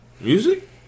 Music